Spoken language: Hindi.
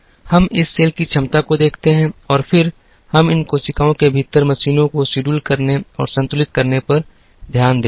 हम इस सेल की क्षमता को देखते हैं और फिर हम इन कोशिकाओं के भीतर मशीनों को शेड्यूल करने और संतुलित करने पर ध्यान देते हैं